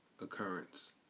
occurrence